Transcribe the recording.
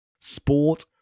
sport